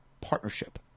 partnership